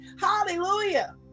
Hallelujah